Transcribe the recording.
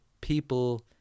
people